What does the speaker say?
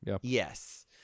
Yes